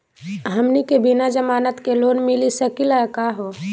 हमनी के बिना जमानत के लोन मिली सकली क हो?